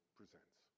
presents